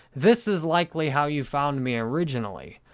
this is likely how you found me originally.